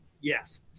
Yes